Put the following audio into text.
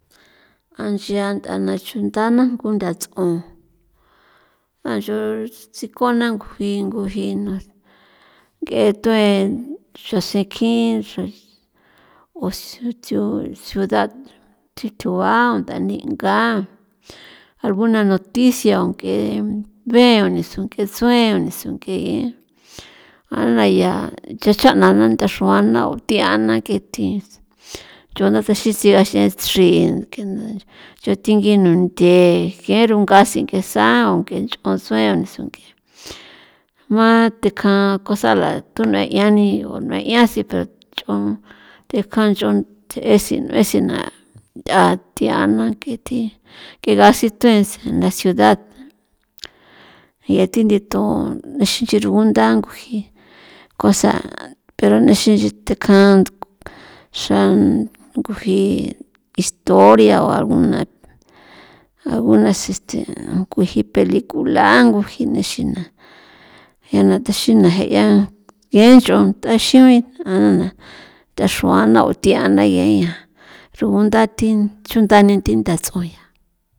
A nchia nt'ana chundana kunda ts'on an ncho sikona nguji ngujina ng'e tuen xru sekin xru usu thu sudad thi thjua ndaninga alguna noticia o ng'e beo nisu nk'e tsuen niso nk'e a naya cha cha'na na ntha xruana o thiana k'ethi yunda chesi, tsi chrin ncho tingui nunthe je rungasen ng'e saon ng'encho sue niso ng'e jma tekjan cosa la tunue 'ian ni o n'ue 'ian si pero nch'on tekjanch'on t'esi n'uesi na ntha tiana ng'e thi kegasi t'uense en la ciudad yathi nditun nixin nchi rugunda ngujin cosa pero nixin nchi tekjan xra ngujii historia o alguna alguna seste nguji pelicula nguji nixina je' na taxina je' 'ia nk'e nch'on taxiun a na na nthaxuana othiana yeña xrugunda thi, chunda ni thi ndats'on ya.